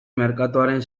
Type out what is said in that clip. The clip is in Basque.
merkatuaren